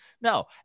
No